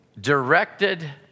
directed